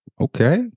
Okay